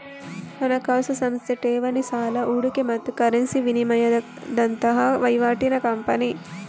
ಹಣಕಾಸು ಸಂಸ್ಥೆ ಠೇವಣಿ, ಸಾಲ, ಹೂಡಿಕೆ ಮತ್ತು ಕರೆನ್ಸಿ ವಿನಿಮಯದಂತಹ ವೈವಾಟಿನ ಕಂಪನಿ